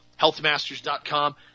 healthmasters.com